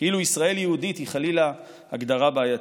כאילו ישראל יהודית היא חלילה הגדרה בעייתית.